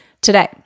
today